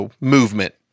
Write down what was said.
movement